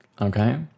okay